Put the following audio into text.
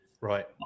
right